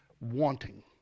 wanting